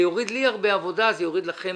זה יוריד לי הרבה עבודה, זה יוריד לכם.